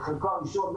את חלקו הראשון,